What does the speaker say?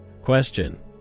Question